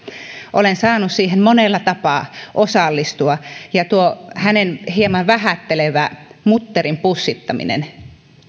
olen saanut siihen monella tapaa osallistua ja tuo hänen hieman vähättelevä mutterin pussittaminen